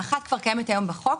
כאשר אחת כבר קיימת היום בחוק,